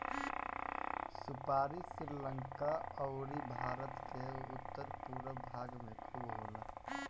सुपारी श्रीलंका अउरी भारत के उत्तर पूरब भाग में खूब होला